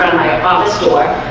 my about store